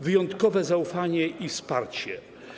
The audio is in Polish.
wyjątkowe zaufanie i wsparcie?